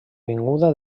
vinguda